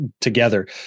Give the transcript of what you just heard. together